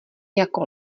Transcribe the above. jako